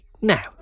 now